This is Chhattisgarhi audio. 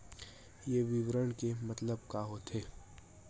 ये विवरण के मतलब का होथे?